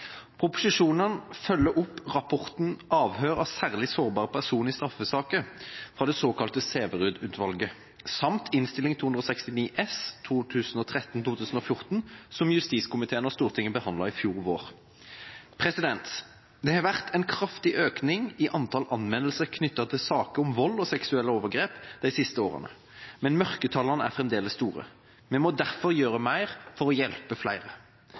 Proposisjonen følger opp rapporten «Avhør av særlig sårbare personer i straffesaker» fra det såkalte Sæverud-utvalget, samt Innst. 269 S for 2013–2014, som justiskomiteen og Stortinget behandlet i fjor vår. Det har vært en kraftig økning i antall anmeldelser knyttet til saker om vold og seksuelle overgrep de siste årene. Men mørketallene er fremdeles store. Vi må derfor gjøre mer for å hjelpe flere.